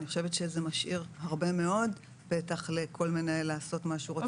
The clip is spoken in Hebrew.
אני חושבת שזה משאיר הרבה מאוד פתח לכל מנהל לעשות מה שהוא רוצה